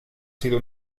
sido